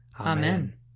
Amen